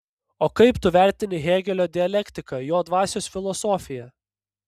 o kaip tu vertini hėgelio dialektiką jo dvasios filosofiją